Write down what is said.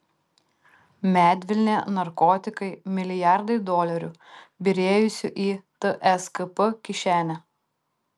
medvilnė narkotikai milijardai dolerių byrėjusių į tskp kišenę